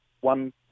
one